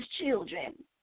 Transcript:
children